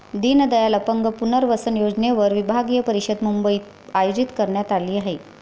दीनदयाल अपंग पुनर्वसन योजनेवर विभागीय परिषद मुंबईत आयोजित करण्यात आली आहे